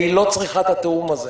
והיא לא צריכה את התיאום הזה.